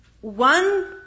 one